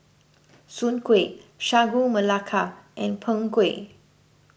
Soon Kway Sagu Melaka and Png Kueh